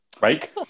Right